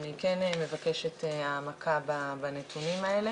האם באמת יש איזשהו כלל על מקסימום תמונות שנוסע יכול לקבל?